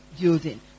building